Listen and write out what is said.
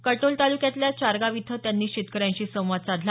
काटोल तालुक्यातल्या चारगाव इथं त्यांनी शेतकऱ्यांशी संवाद साधला